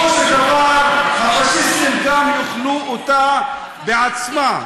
בסופו של דבר הפאשיסטים כאן יאכלו אותה בעצמה.